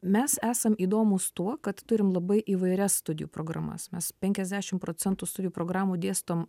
mes esam įdomūs tuo kad turim labai įvairias studijų programas mes penkiasdešimt procentų studijų programų dėstom